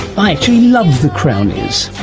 i actually love the crownies,